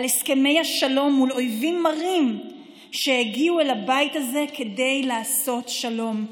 על הסכמי השלום מול אויבים מרים שהגיעו אל הבית הזה כדי לעשות שלום.